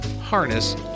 harness